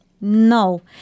No